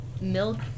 milk